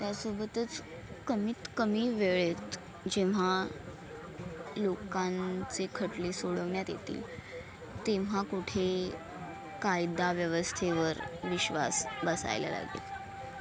त्यासोबतच कमीत कमी वेळेत जेव्हा लोकांचे खटले सोडवण्यात येतील तेव्हा कुठे कायदा व्यवस्थेवर विश्वास बसायला लागेल